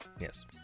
Yes